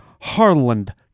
Harland